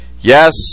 yes